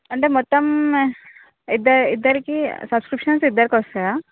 అంటే మొత్తం ఇద్ద ఇద్దరికి సబ్స్క్రిప్షన్ అయితే ఇద్దరికి వస్తాయా